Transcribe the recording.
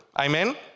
amen